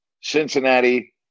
Cincinnati